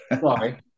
sorry